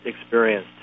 experience